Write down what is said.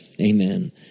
Amen